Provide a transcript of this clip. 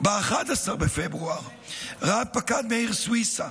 ב-11 בפברואר רב-פקד מאיר סוויסה,